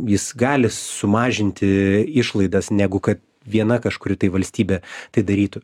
jis gali sumažinti išlaidas negu kad viena kažkuri valstybė tai darytų